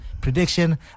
Prediction